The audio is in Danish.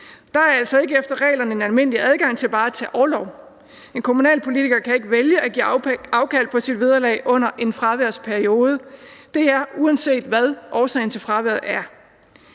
Der er altså ikke efter reglerne en almindelig adgang til bare at tage orlov. En kommunalpolitiker kan ikke vælge at give afkald på sit vederlag under en fraværsperiode, uanset hvad årsagen til fraværet er.